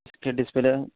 اس کی ڈسپلے